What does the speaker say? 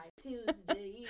Tuesday